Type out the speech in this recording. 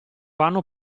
vanno